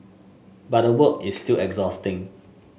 but the work is still exhausting